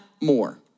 more